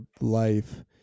life